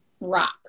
rock